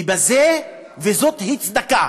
וזאת היא צדקה.